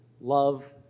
love